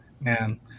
man